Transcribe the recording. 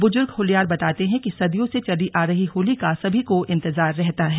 बुजुर्ग होल्यार बताते हैं कि सदियों से चली आ रही होली का सभी को इंतजार रहता है